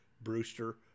Brewster